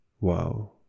Wow